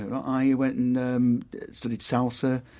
and i went and um studied salsa,